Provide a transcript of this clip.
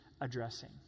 addressing